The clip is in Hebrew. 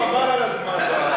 חבל על הזמן.